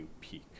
peak